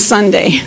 Sunday